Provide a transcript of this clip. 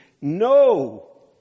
No